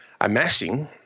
amassing